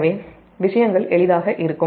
எனவே விஷயங்கள் எளிதாக இருக்கும்